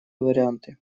варианты